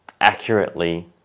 accurately